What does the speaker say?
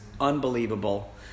unbelievable